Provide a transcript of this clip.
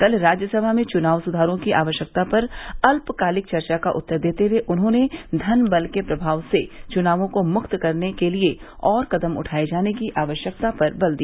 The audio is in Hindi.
कल राज्यसभा में चुनाव सुधारों की आवश्यकता पर अल्यकालिक चर्चा का उत्तर देते हुए उन्होंने धन बल के प्रमाव से चुनावों को मुक्त करने के लिए और कदम उठाए जाने की आवश्यकता पर बल दिया